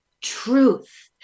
truth